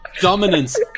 dominance